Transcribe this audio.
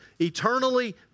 eternally